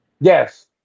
Yes